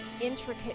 intricate